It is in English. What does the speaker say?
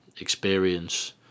experience